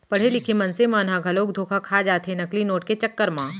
पड़हे लिखे मनसे मन ह घलोक धोखा खा जाथे नकली नोट के चक्कर म